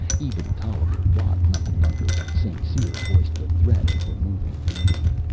even tolliver watt knuckled under when st. cyr voiced the threat of removing deedee.